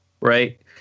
Right